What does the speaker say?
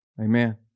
Amen